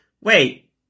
Wait